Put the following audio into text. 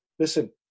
Listen